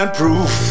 proof